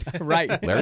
Right